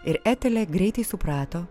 ir etelė greitai suprato